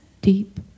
Deep